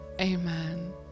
amen